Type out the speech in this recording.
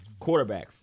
quarterbacks